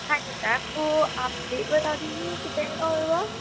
ہاں جی میم تو آپ ریٹ بتا دیجیے کتنے کا ہوئے گا